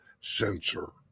censor